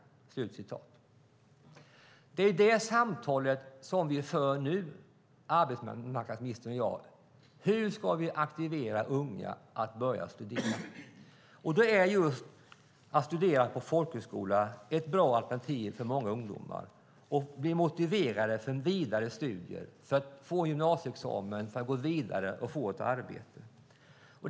Det är det samtalet arbetsmarknadsministern och jag nu för, nämligen hur vi ska aktivera unga till att börja studera. Då är studier vid folkhögskola ett bra alternativ för många ungdomar. Det motiverar dem till vidare studier så att de får en gymnasieexamen och kan gå vidare och få ett arbete.